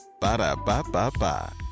Ba-da-ba-ba-ba